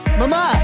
mama